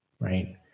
right